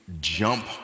jump